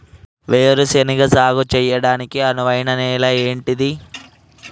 వేరు శనగ సాగు చేయడానికి అనువైన నేల ఏంటిది?